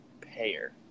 Payer